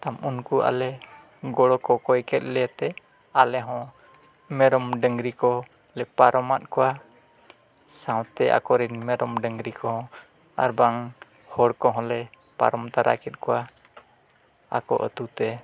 ᱛᱚᱢ ᱩᱱᱠᱩ ᱟᱞᱮ ᱜᱚᱲᱚ ᱠᱚ ᱠᱷᱚᱭ ᱠᱮᱫ ᱞᱮᱛᱮ ᱟᱞᱮᱦᱚᱸ ᱢᱮᱨᱚᱢ ᱰᱟᱹᱝᱨᱤ ᱠᱚᱞᱮ ᱯᱟᱨᱚᱢᱟᱫ ᱠᱚᱣᱟ ᱥᱟᱶᱛᱮ ᱟᱠᱚᱨᱮᱱ ᱢᱮᱨᱚᱢ ᱰᱟᱹᱝᱨᱤ ᱠᱚ ᱟᱨ ᱵᱟᱝ ᱦᱚᱲ ᱠᱚᱦᱚᱸᱞᱮ ᱯᱟᱨᱚᱢ ᱛᱟᱨᱟ ᱠᱮᱫ ᱠᱚᱣᱟ ᱟᱠᱚ ᱟᱹᱛᱩᱛᱮ